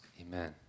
Amen